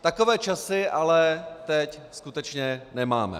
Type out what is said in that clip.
Takové časy ale teď skutečně nemáme.